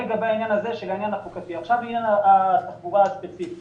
לעניין התחבורה הספציפית